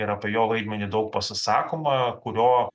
ir apie jo vaidmenį daug pasisakoma kurio